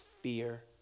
fear